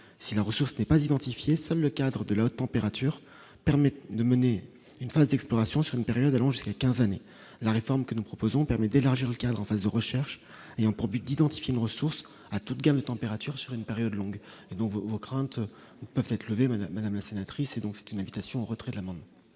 si la ressource n'est pas identifié, seul le cadre de la haute température permet de mener une phase d'exploration sur une période allant jusqu'à 15 années la réforme que nous proposons, permet d'élargir le cadre en phase de recherche, il y a un problème d'identifier nos ressources à toute gamme température sur une période longue et donc vos vos craintes peuvent cette levée, madame la sénatrice et donc c'est une invitation au retrait de l'amendement.